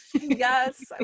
Yes